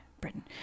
Britain